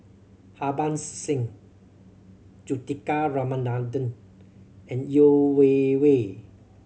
Harbans Singh Juthika Ramanathan and Yeo Wei Wei